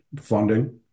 Funding